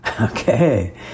Okay